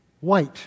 white